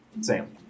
Sam